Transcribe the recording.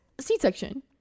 C-section